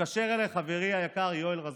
התקשר אליי חברי היקר יואל רזבוזוב,